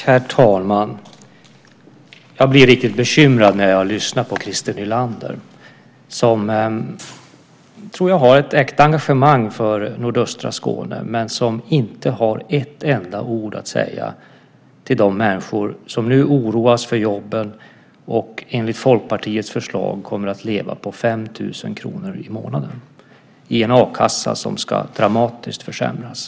Herr talman! Jag blir riktigt bekymrad när jag lyssnar på Christer Nylander, som jag tror har ett äkta engagemang för nordöstra Skåne men som inte har ett enda ord att säga till de människor som nu oroas för jobben och som enligt Folkpartiets förslag ska leva på 5 000 kr i månaden i en a-kassa som dramatiskt ska försämras.